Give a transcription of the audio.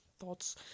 thoughts